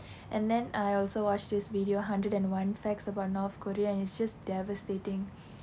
and then I also watch this video hundred and one facts about north korea and its just devastating